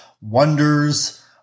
wonders